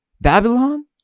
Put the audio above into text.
Babylon